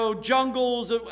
jungles